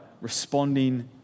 responding